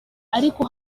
ariko